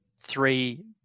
three